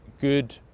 good